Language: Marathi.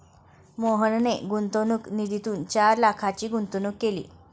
मोहनने गुंतवणूक निधीतून चार लाखांची गुंतवणूक केली